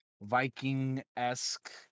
Viking-esque